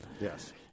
Yes